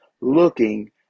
looking